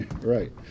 right